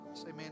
Amen